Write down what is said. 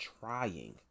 trying